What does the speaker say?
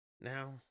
Now